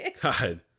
God